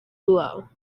blow